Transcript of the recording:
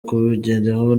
kubigeraho